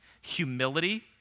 humility